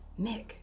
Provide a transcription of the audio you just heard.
Mick